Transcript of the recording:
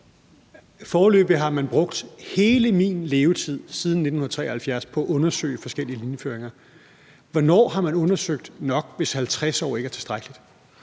Foreløbig har man brugt hele min levetid, lige siden 1973, på at undersøge forskellige linjeføringer. Hvornår har man undersøgt det nok, hvis 50 år ikke er tilstrækkeligt?